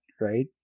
right